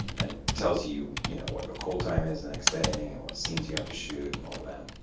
and it tells you you know what your call time is the next day, and what scenes you have to shoot, and all of and